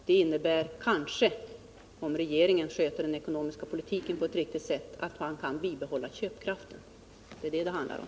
Det innebär kanske, om regeringen sköter den ekonomiska politiken på ett riktigt sätt, att man kan bibehålla köpkraften. Det är detta det handlar om.